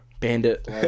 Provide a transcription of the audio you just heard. Bandit